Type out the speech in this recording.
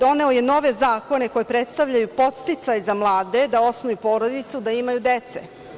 Doneo je nove zakone koji predstavljaju podsticaj za mlade da osnuju porodicu, da imaju dece.